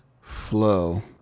Flow